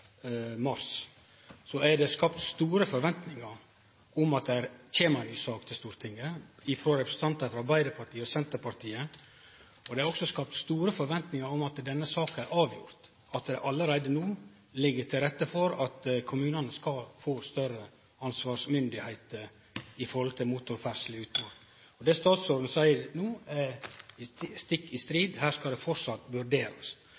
er det frå Arbeidarpartiet og Senterpartiet skapt store forventingar om at det kjem ei ny sak til Stortinget. Det er òg skapt store forventingar til at denne saka er avgjord, at det allereie no ligg til rette for at kommunane skal få større avgjerdsmynde når det gjeld motorferdsle i utmark. Det statsråden no seier, er stikk i strid – her skal det framleis vurderast.